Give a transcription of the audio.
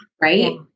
Right